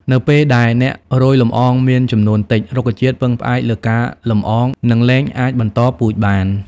នៅពេលដែលអ្នករោយលំអងមានចំនួនតិច រុក្ខជាតិពឹងផ្អែកលើការលំអងនឹងលែងអាចបន្តពូជបាន។